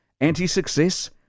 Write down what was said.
Anti-success